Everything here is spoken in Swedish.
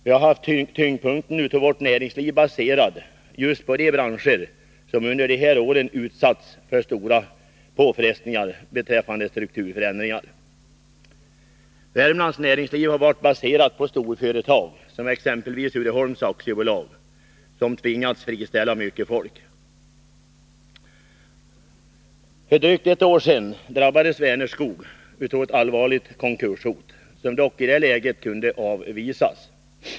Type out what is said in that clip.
Vi har haft tyngdpunkten av vårt näringsliv baserad på just de branscher som under de här åren utsatts för stora påfrestningar på grund av strukturförändringarna. Värmlands näringsliv har varit baserat på storföretag som exempelvis Uddeholms AB, som har tvingats friställa mycket folk. För drygt ett år sedan drabbades Vänerskog av ett allvarligt konkurshot, som dock i det läget kunde avvärjas.